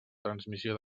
transmissió